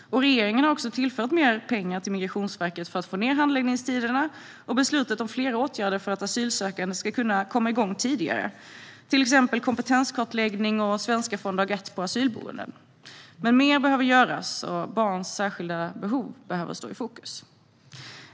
Regeringen har också tillfört mer pengar till Migrationsverket för att få ned handläggningstiderna och beslutat om flera åtgärder för att asylsökande ska kunna komma igång tidigare, såsom kompetenskartläggning och svenska från dag ett på asylboenden. Men mer behöver göras, och barns särskilda behov behöver stå i fokus.